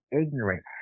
ignorant